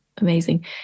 amazing